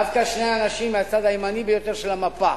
דווקא שני אנשים מהצד הימני ביותר של המפה,